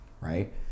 right